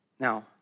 Now